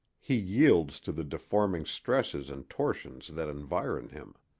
he yields to the deforming stresses and tortions that environ him.